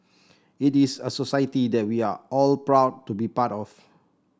it is a society that we are all proud to be a part of